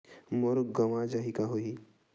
मोर गंवा जाहि का होही?